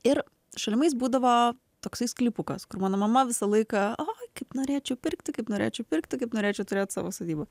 ir šalimais būdavo toksai sklypukas kur mano mama visą laiką oi kaip norėčiau pirkti kaip norėčiau pirkti kaip norėčiau turėt savo sodybą